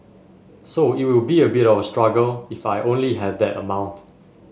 so it will be a bit of a struggle if I only have that amount